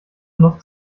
nuss